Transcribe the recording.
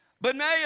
Benaiah